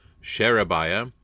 Sherebiah